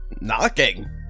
Knocking